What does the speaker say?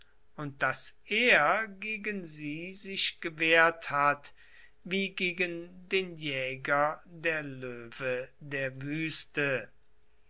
und daß er gegen sie sich gewehrt hat wie gegen den jäger der löwe der wüste